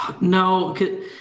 No